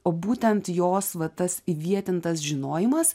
o būtent jos va tas įvietintas žinojimas